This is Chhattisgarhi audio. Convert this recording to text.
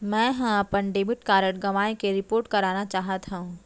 मै हा अपन डेबिट कार्ड गवाएं के रिपोर्ट करना चाहत हव